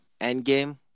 Endgame